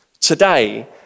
today